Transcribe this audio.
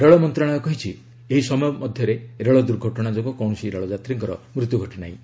ରେଳମନ୍ତ୍ରଣାଳୟ କହିଛି ଏହି ସମୟ ମଧ୍ୟରେ ରେଳ ଦୁର୍ଘଟଣା ଯୋଗୁଁ କୌଣସି ରେଳଯାତ୍ରୀଙ୍କର ମୃତ୍ୟୁ ଘଟିନାହିଁ